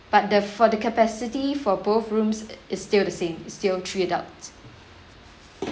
but the for the capacity for both rooms is still the same still three adults